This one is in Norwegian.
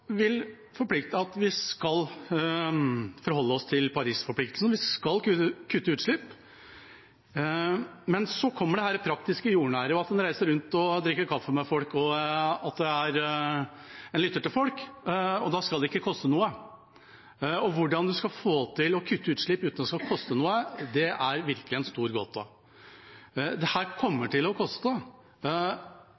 vi skal forholde oss til Paris-forpliktelsen, vi skal kutte utslipp. Men så kommer dette praktiske, jordnære, at man reiser rundt og drikker kaffe med folk og lytter til folk – dette skal ikke koste noe. Hvordan man skal få til å kutte utslipp uten at det skal koste noe, det er virkelig en stor gåte. Dette kommer til koste. Men når det